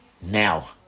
now